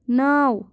نَو